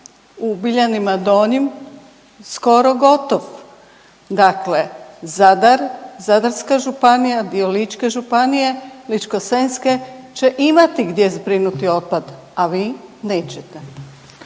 u Biljanima Donjim skoro gotov. Dakle, Zadar, Zadarska županija, dio ličke županije, Ličko-senjske će imati gdje zbrinuti otpad, a vi nećete.